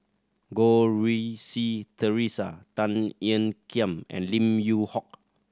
Goh Rui Si Theresa Tan Ean Kiam and Lim Yew Hock